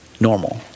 normal